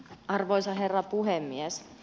arvoisa herra puhemies